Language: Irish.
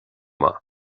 maith